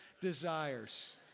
desires